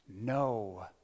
no